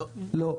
לא.